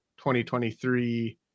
2023